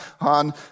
on